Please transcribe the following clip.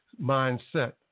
mindset